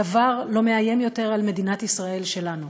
דבר לא מאיים יותר על מדינת ישראל שלנו".